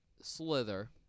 Slither